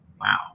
Wow